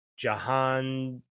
Jahan